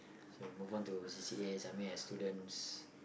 so move on to c_c_as I mean as students